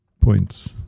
points